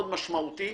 לעשות את ההשוואות,